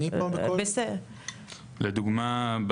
לדוגמה,